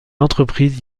entreprises